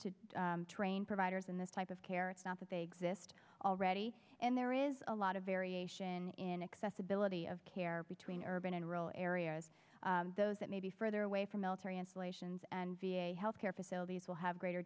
to train providers in this type of care it's not that they exist already and there is a lot of variation in accessibility of care between urban and rural areas those that may be further away from military installations and v a health care facilities will have greater